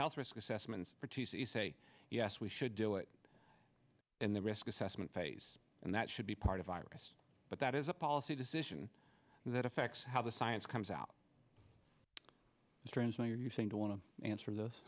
health risk assessments are to say yes we should do it in the risk assessment phase and that should be part of virus but that is a policy decision that affects how the science comes out strange when you seem to want to answer th